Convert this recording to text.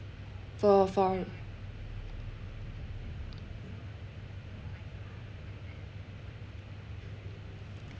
far far